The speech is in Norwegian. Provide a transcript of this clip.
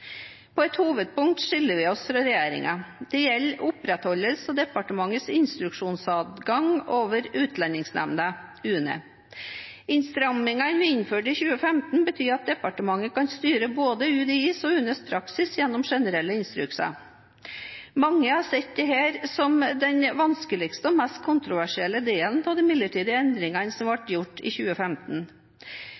På et hovedpunkt skiller vi oss fra regjeringen. Det gjelder opprettholdelse av departementets instruksjonsadgang over Utlendingsnemnda, UNE. Innstrammingene vi innførte i 2015, betyr at departementet kan styre både UDIs og UNEs praksis gjennom generelle instrukser. Mange har sett dette som den vanskeligste og mest kontroversielle delen av de midlertidige endringene som ble